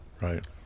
Right